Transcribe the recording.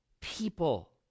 people